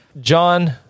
john